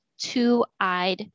two-eyed